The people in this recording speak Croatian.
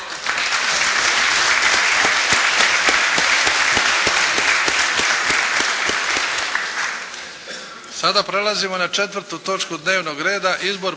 Sada prelazimo na 4. točku dnevnog reda.